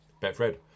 Betfred